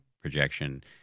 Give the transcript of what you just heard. projection